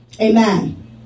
Amen